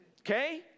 Okay